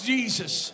Jesus